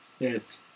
Yes